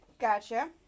Gotcha